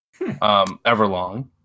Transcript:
Everlong